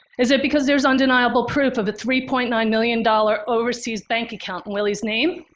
is it because there's undeniable proof of a three point nine million dollars overseas bank account in willies name?